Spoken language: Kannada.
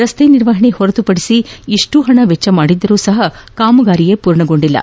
ರಸ್ತೆ ನಿರ್ವಹಣೆ ಹೊರತುಪಡಿಸಿಇಷ್ಟು ಹಣ ವೆಚ್ಚ ಮಾಡಿದ್ದರೂ ಕಾಮಗಾರಿಯೇ ಪೂರ್ಣಗೊಂಡಿಲ್ಲ